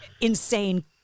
insane